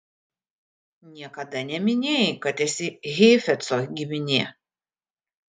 niekada neminėjai kad esi heifetzo giminė